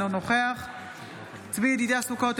אינו נוכח צבי ידידיה סוכות,